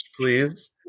please